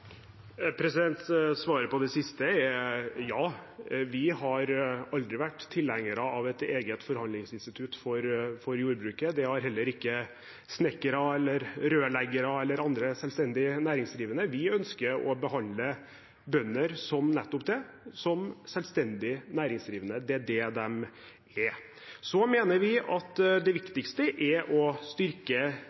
Svaret på det siste er ja. Vi har aldri vært tilhengere av et eget forhandlingsinstitutt for jordbruket. Det har heller ikke snekkere eller rørleggere eller andre selvstendig næringsdrivende, og vi ønsker å behandle bønder som nettopp selvstendig næringsdrivende. Det er det de er. Så mener vi at det viktigste er å styrke